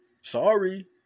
sorry